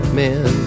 men